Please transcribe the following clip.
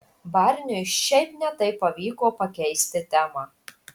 barniui šiaip ne taip pavyko pakeisti temą